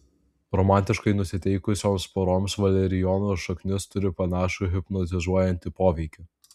romantiškai nusiteikusioms poroms valerijono šaknis turi panašų hipnotizuojantį poveikį